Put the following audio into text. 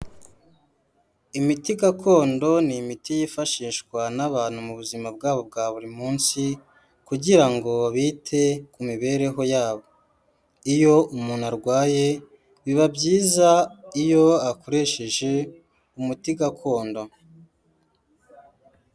Imiti gakondo ni imiti yifashishwa n'abantu mu buzima bwabo bwa buri munsi kugira ngo bite ku mibereho yabo, iyo umuntu arwaye biba byiza iyo akoresheje umuti gakondo.